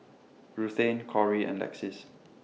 Ruthanne Cori and Lexis